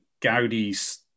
Gaudi's